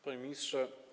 Panie Ministrze!